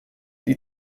die